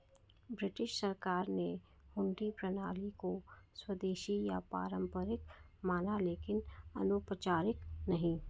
British सरकार ने हुंडी प्रणाली को स्वदेशी या पारंपरिक माना लेकिन अनौपचारिक नहीं